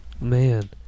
Man